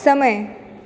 समय